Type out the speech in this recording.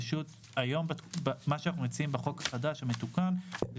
פשוט מה שאחנו מציעים בחוק המתוקן זה